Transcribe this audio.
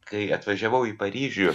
kai atvažiavau į paryžių